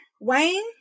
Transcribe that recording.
Wayne